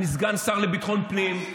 אני סגן שר לביטחון הפנים.